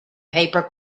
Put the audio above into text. paper